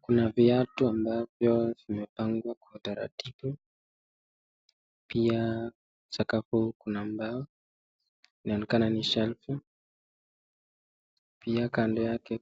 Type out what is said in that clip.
Kuna viatu ambavyo vimepangwa kwa utaratibu, pia sakafu Kuna mbao, inaonekana ni shelve pia kando yake